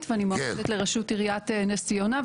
ואני מועמדת לראשות עיריית נס ציונה.